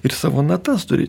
ir savo natas turi